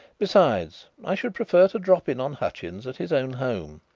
besides, i should prefer to drop in on hutchins at his own home.